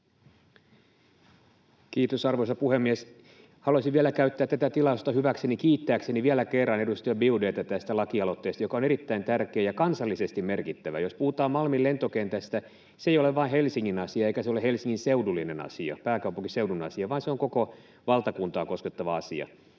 Kiitos, arvoisa puhemies! Haluaisin vielä käyttää tätä tilaisuutta hyväkseni kiittääkseni vielä kerran edustaja Biaudet’ta tästä lakialoitteesta, joka on erittäin tärkeä ja kansallisesti merkittävä. Jos puhutaan Malmin lentokentästä, se ei ole vain Helsingin asia eikä se ole Helsingin seudullinen asia, pääkaupunkiseudun asia, vaan se on koko valtakuntaa koskettava asia.